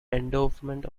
endowment